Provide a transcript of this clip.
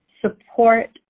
support